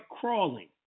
crawling